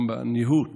גם בניהול.